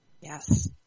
Yes